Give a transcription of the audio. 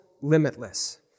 limitless